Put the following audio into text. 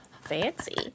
Fancy